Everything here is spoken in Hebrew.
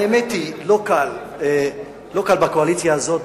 האמת היא שלא קל בקואליציה הזאת,